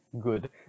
good